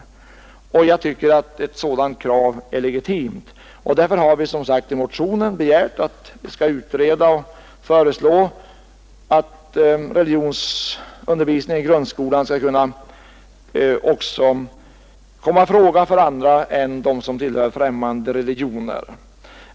Jag tycker att ett sådant krav är legitimt. Därför har vi som sagt i motionen begärt en utredning och föreslagit att befrielse från religionsundervisning i grundskolan också skall kunna komma i fråga för andra än dem som tillhör främmande religioner.